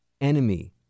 enemy